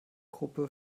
gruppe